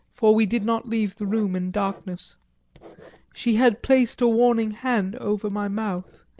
for we did not leave the room in darkness she had placed a warning hand over my mouth,